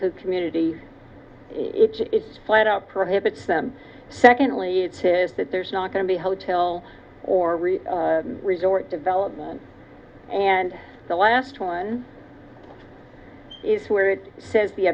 the community it is flat out prohibits them secondly it says that there's not going to be hotel or resort development and the last one is where it says the